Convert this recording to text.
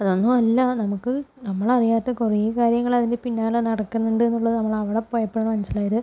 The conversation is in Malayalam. അതൊന്നും അല്ല നമുക്ക് നമ്മളറിയാത്ത കുറേ കാര്യങ്ങള് അതിൻ്റെ പിന്നാലെ നടക്കുന്നുണ്ടെന്നുള്ളത് നമ്മളവിടെ പോയപ്പോഴാണ് മനസ്സിലായത്